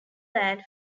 land